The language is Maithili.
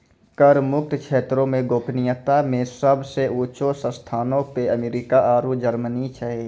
कर मुक्त क्षेत्रो मे गोपनीयता मे सभ से ऊंचो स्थानो पे अमेरिका आरु जर्मनी छै